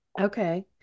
Okay